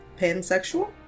pansexual